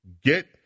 Get